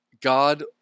God